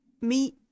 meet